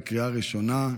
בקריאה ראשונה.